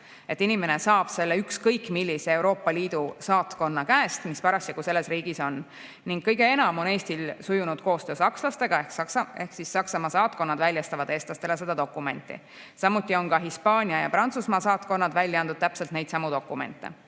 Inimene saab selle ükskõik millise Euroopa Liidu saatkonna käest, mis parasjagu selles riigis on. Kõige enam on Eestil sujunud koostöö sakslastega ehk Saksamaa saatkonnad väljastavad eestlastele seda dokumenti. Samuti on ka Hispaania ja Prantsusmaa saatkonnad välja andnud täpselt neidsamu dokumente.